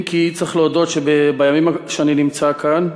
אם כי צריך להודות, מהימים שאני נמצא כאן,